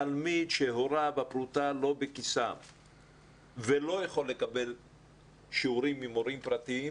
תלמיד שהפרוטה לא בכיס הוריו ולא יכול לקבל שיעורים ממורים פרטיים,